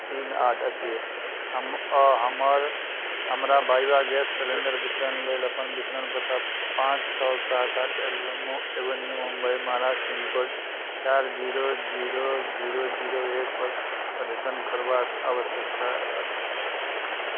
तीन आठ अछि हम हमर हमरा बाइबा गैस सिलेंडर वितरण लेल अपन वितरण पता पाँच छओ सात आठ elm avenue Mumbai Maharashtra pin code चारि जीरो जीरो जीरो जीरो एकपर अद्यतन करबाक आवश्यकता अछि